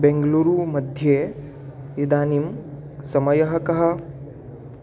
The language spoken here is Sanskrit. बेङ्गलूरु मध्ये इदानीं समयः कः